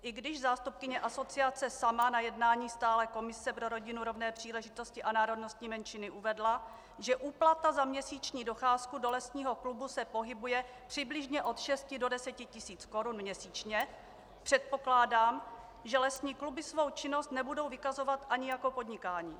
I když zástupkyně asociace sama na jednání atálé komise pro rodinu, rovné příležitosti a národnostní menšiny uvedla, že úplata za měsíční docházku do lesního klubu se pohybuje přibližně od šesti do deseti tisíc korun měsíčně, předpokládám, že lesní kluby svou činnost nebudou vykazovat ani jako podnikání.